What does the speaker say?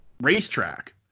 racetrack